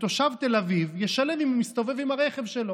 שתושב תל אביב ישלם אם הוא מסתובב עם הרכב שלו.